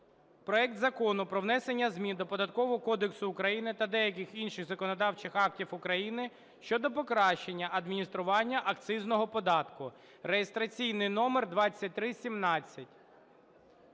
проекту Закону про внесення змін до Податкового кодексу України та деяких інших законодавчих актів України (щодо покращення адміністрування акцизного податку) (реєстраційний номер 2317).